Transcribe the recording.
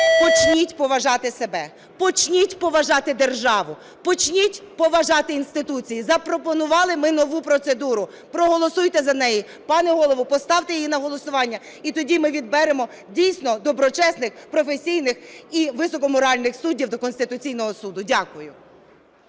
Почніть поважати себе, почніть поважати державу, почніть поважати інституції. Запропонували ми нову процедуру – проголосуйте за неї. Пане Голово, поставте її на голосування і тоді ми відберемо дійсно доброчесних, професійних і високоморальних суддів до Конституційного Суду. Дякую.